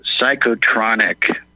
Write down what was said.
psychotronic